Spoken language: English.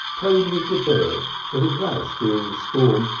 played with the bird that had vanished during the storm,